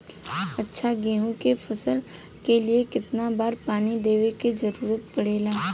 अच्छा गेहूँ क फसल के लिए कितना बार पानी देवे क जरूरत पड़ेला?